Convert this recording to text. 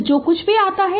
तो जो कुछ भी आता है